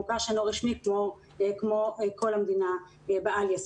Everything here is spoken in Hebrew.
מוכר שאינו רשמי כמו כל המדינה בעל-יסודי.